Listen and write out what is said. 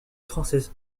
française